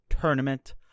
tournament